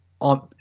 on